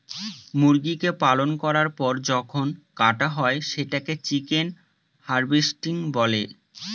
মুরগিকে পালন করার পর যখন কাটা হয় সেটাকে চিকেন হার্ভেস্টিং বলে